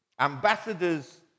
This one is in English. Ambassadors